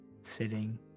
Sitting